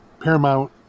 Paramount